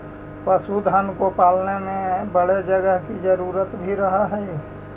पशुधन को पालने में बड़े जगह की जरूरत भी रहअ हई